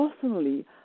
personally